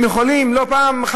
הם יכולים לא פעם אחת,